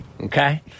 Okay